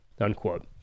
unquote